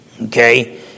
Okay